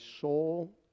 soul